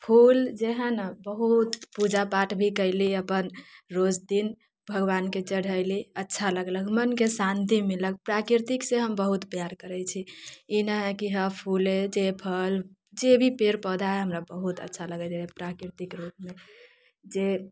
फूल जे हय ने बहुत पूजा पाठ भी कयली अपन रोज दिन भगवानके चढ़ेली अच्छा लगलक मनके शांति मिललक प्राकृतिक से हम बहुत प्यार करैत छियै ई नहि हय कि हँ फूले जे भी पेड़ पौधा हय हमरा बहुत अच्छा लगैया प्राकृतिक रूपमे जे